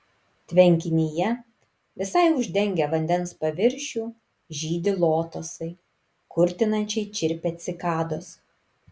tvenkinyje visai uždengę vandens paviršių žydi lotosai kurtinančiai čirpia cikados